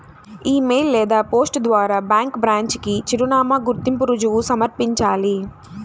ఇ mail లేదా post ద్వారా bank branch కి చిరునామా, గుర్తింపు రుజువు సమర్పించాలి